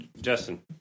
Justin